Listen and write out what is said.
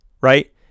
right